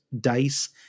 dice